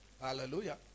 Hallelujah